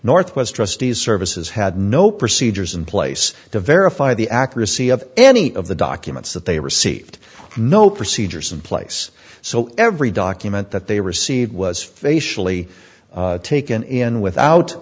northwest trustees services had no procedures in place to verify the accuracy of any of the documents that they received no procedures in place so every document that they received was facially taken in without